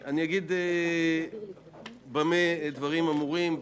אני אגיד במה דברים אמורים.